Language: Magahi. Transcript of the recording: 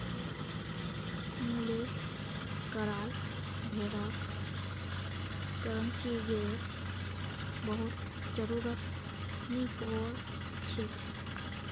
मुलेस कराल भेड़क क्रचिंगेर बहुत जरुरत नी पोर छेक